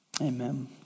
Amen